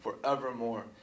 forevermore